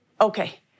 okay